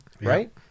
right